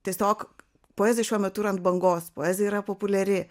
tiesiog poezija šiuo metu yra ant bangos poezija yra populiari